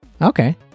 okay